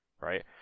right